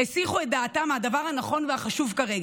והסיחו את דעתם מהדבר הנכון והחשוב כרגע: